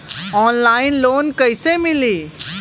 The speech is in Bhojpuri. ऑनलाइन लोन कइसे मिली?